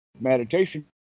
meditation